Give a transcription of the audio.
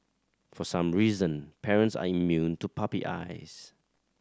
for some reason parents are immune to puppy eyes